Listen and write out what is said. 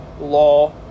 law